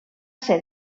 ser